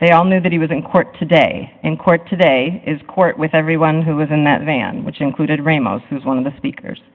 they all know that he was in court today in court today is court with everyone who was in that van which included ramos is one of the speakers